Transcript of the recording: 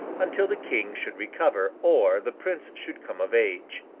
until the king should recover, or the prince should come of age.